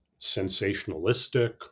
sensationalistic